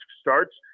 starts